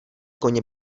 koně